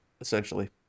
essentially